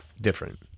different